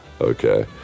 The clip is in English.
okay